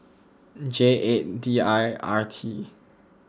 J eight D I R T